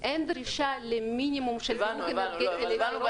אין דרישה למינימום של -- הבנו, הבנו.